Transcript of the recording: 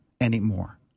anymore